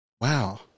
Wow